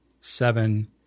seven